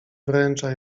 wręcza